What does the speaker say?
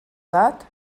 edat